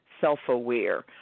self-aware